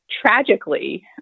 tragically